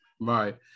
Right